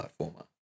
platformer